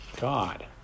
God